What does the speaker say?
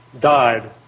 died